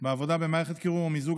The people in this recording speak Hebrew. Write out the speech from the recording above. בעבודה במערכת קירור או מיזוג,